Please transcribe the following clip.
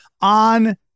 on